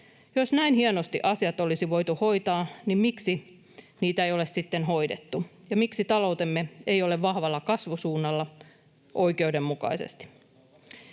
Jos näin hienosti asiat olisi voitu hoitaa, niin miksi niitä ei ole sitten hoidettu ja miksi taloutemme ei ole vahvalla kasvusuunnalla oikeudenmukaisesti?